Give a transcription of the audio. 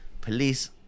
police